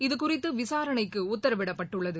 இதுகுறித்துவிசாரணைக்குஉத்தரவிடப்பட்டுள்ளது